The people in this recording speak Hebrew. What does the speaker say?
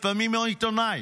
לפעמים העיתונאי".